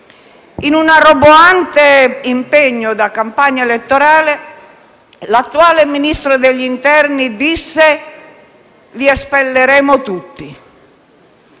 In un roboante impegno da campagna elettorale, l'attuale Ministro dell'interno disse: «Li espelleremo tutti».